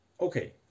Okay